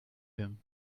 him